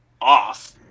off